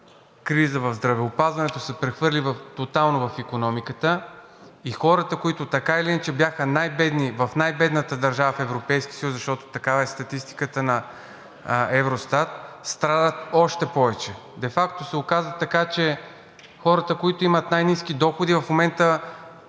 криза в здравеопазването, се прехвърли тотално в икономиката и хората, които така или иначе бяха най-бедни в най-бедната държава в Европейския съюз, защото такава е статистиката на Евростат, страдат още повече. Де факто се оказа, че хората, които имат най ниски доходи, в момента